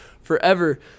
forever